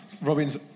Robin's